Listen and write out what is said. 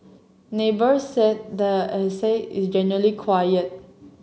neighbours said the estate is generally quiet